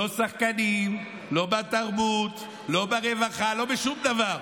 לא שחקנים, לא בתרבות, לא ברווחה, לא בשום דבר.